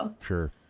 Sure